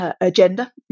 agenda